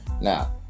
Now